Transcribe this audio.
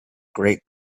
great